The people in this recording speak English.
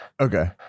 Okay